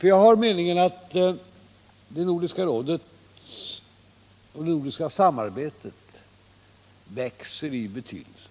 Jag har nämligen meningen att Nordiska rådet och det nordiska samarbetet växer i betydelse.